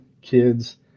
kids